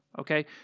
Okay